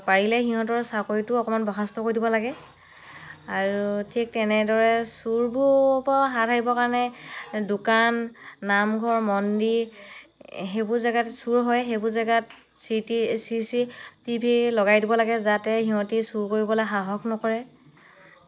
পাৰিলে সিহঁতৰ চাকৰিটো অকণমান বৰ্খাস্ত কৰি দিব লাগে আৰু ঠিক তেনেদৰে চুৰবোৰৰ পৰাও হাত হাৰিবৰ কাৰণে দোকান নামঘৰ মন্দিৰ সেইবোৰ জেগাত চুৰ হয় সেইবোৰ জেগাত চিটি চি চি টি ভি লগাই দিব লাগে যাতে সিহঁতি চুৰ কৰিবলৈ সাহস নকৰে